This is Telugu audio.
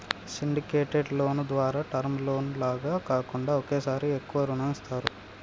సిండికేటెడ్ లోను ద్వారా టర్మ్ లోను లాగా కాకుండా ఒకేసారి ఎక్కువ రుణం ఇస్తారు